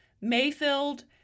Mayfield